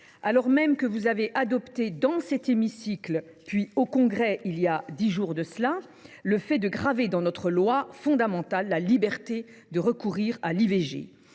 alors que vous avez adopté, dans cet hémicycle, puis au Congrès il y a dix jours, l’inscription dans notre loi fondamentale de la liberté de recourir à l’IVG.